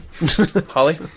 Holly